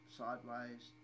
sideways